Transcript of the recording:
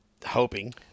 Hoping